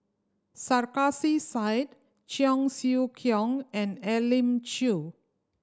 Sarkasi Said Cheong Siew Keong and Elim Chew